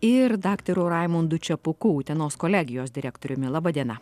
ir daktaru raimundu čepuku utenos kolegijos direktoriumi laba diena